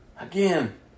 Again